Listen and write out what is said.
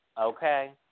Okay